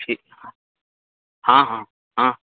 ठीक हँ हँ हँ